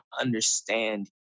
understand